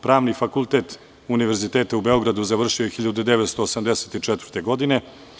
Pravni fakultet Univerziteta u Beogradu završio je 1984. godine.